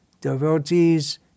devotees